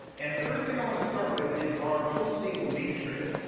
and the first thing i want to start with is our hosting matrix.